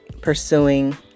pursuing